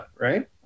Right